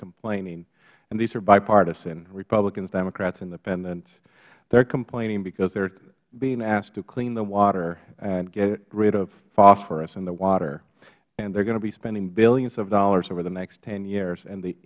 complaining and these are bipartisan republicans democrats independents they are complaining because they are being asked to clean the water and get rid of phosphorus in the water and they are going to be spending billions of dollars over the next ten years and the